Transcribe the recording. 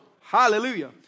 hallelujah